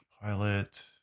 pilot